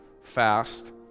fast